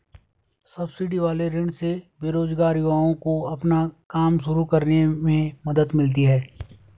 subsidy वाले ऋण से बेरोजगार युवाओं को अपना काम शुरू करने में मदद मिलती है